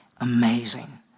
Amazing